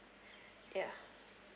ya